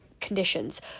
conditions